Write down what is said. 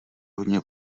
hodně